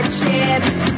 chips